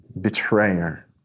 betrayer